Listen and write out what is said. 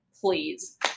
please